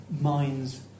mind's